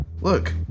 look